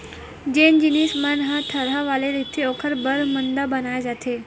जेन जिनिस मन ह थरहा वाले रहिथे ओखर बर मांदा बनाए जाथे